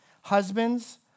Husbands